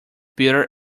bitter